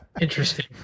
interesting